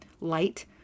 light